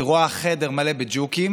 היא רואה חדר מלא בג'וקים